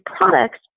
products